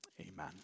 amen